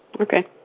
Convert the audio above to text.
Okay